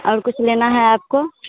और कुछ लेना है आपको